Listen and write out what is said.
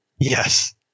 Yes